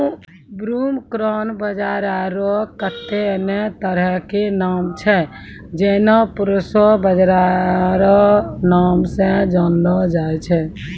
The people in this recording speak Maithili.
ब्रूमकॉर्न बाजरा रो कत्ते ने तरह के नाम छै जेना प्रोशो बाजरा रो नाम से जानलो जाय छै